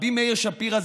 רבי מאיר שפירא,